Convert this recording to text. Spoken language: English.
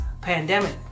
pandemic